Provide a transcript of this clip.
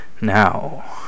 Now